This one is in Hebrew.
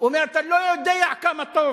הוא אומר: אתה לא יודע כמה טוב